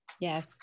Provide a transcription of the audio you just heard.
Yes